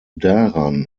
daran